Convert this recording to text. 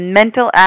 mental